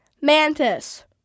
Mantis